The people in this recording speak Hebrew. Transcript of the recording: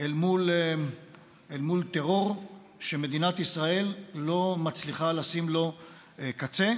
אל מול טרור שמדינת ישראל לא מצליחה לשים לו קץ.